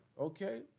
okay